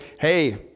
Hey